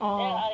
orh